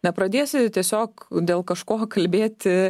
nepradėsi tiesiog dėl kažko kalbėti